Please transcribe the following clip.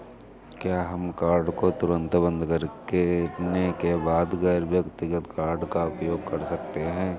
क्या हम कार्ड को तुरंत बंद करने के बाद गैर व्यक्तिगत कार्ड का उपयोग कर सकते हैं?